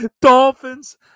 Dolphins